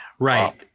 Right